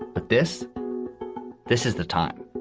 but this this is the time.